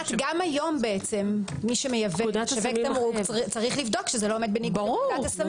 גם היום מי שמייבא ומשווק צריך לבדוק שזה לא עומד בניגוד לפקודת הסמים.